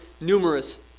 numerous